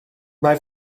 mae